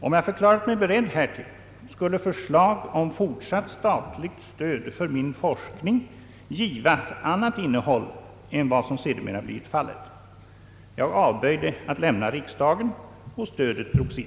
Om jag förklarat mig beredd härtill skulle förslag om fortsatt statligt stöd för min forskning givas annat innehåll än vad som sedermera blivit fallet. Jag avböjde att lämna riksdagen, och stödet drogs in.